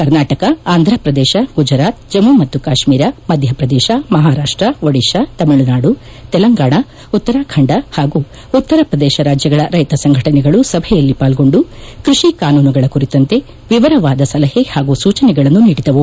ಕರ್ನಾಟಕ ಅಂಧ್ರಪ್ರದೇಶ ಗುಜರಾತ್ ಜಮ್ಮು ಮತ್ತು ಕಾಶ್ಮೀರ ಮಧ್ಯಪ್ರದೇಶ ಮಹಾರಾಷ್ಟ ಓದಿಶಾ ತಮಿಳುನಾದು ತೆಲಂಗಾಣ ಉತ್ತರಖಂದ ಹಾಗೂ ಉತ್ತರಪ್ರದೇಶ ರಾಜ್ಯಗಳ ರೈತ ಸಂಘಟನೆಗಳು ಸಭೆಯಲ್ಲಿ ಪಾಲ್ಗೊಂದು ಕೃಷಿ ಕಾನೂನುಗಳ ಕುರಿತಂತೆ ವಿವರವಾದ ಸಲಹೆ ಹಾಗೂ ಸೂಚನೆಗಳನ್ನು ನೀಡಿದವು